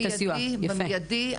במיידי.